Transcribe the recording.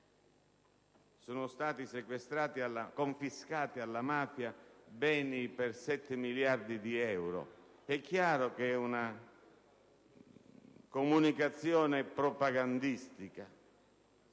sono stati confiscati alla mafia beni per 7 miliardi di euro. È chiaro che si tratta di una comunicazione propagandistica: